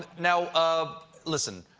now, um listen,